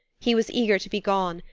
he was eager to be gone,